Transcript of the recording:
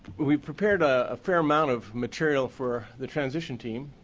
we prepared ah a fair amount of material for the transition team.